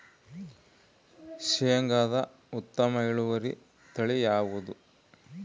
ಶೇಂಗಾದ ಉತ್ತಮ ಇಳುವರಿ ತಳಿ ಯಾವುದು?